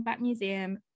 Museum